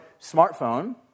smartphone